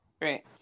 Great